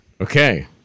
Okay